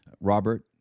Robert